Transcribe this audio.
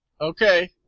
Okay